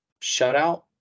shutout